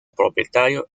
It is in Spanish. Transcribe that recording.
propietario